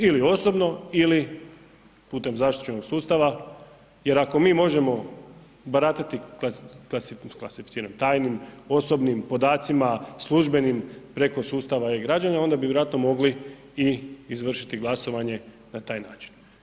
Ili osobno ili putem zaštićenog sustava jer ako mi možemo baratati klasificiranim, tajnim, osobnim podacima službenim preko sustava E-građanin, onda bi vjerojatno mogli i izvršiti glasovanje na taj način.